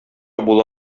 була